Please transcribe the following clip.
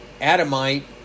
Adamite